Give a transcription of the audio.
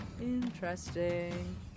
Interesting